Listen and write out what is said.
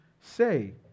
say